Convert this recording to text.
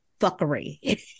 Fuckery